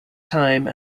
time